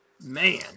man